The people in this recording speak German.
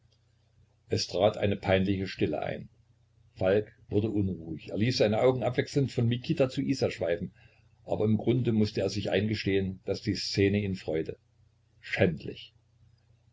es trat eine peinliche stille ein falk wurde unruhig er ließ seine augen abwechselnd von mikita zu isa schweifen aber im grunde mußte er sich eingestehen daß die szene ihn freute schändlich